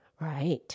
Right